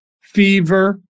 fever